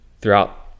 throughout